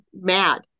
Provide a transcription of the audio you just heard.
mad